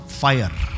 fire